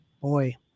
Boy